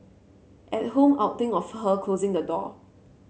at home I'd think of her closing the door